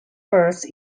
perce